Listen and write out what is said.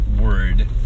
word